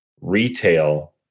retail